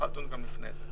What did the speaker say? היא יכולה לדון גם לפני זה.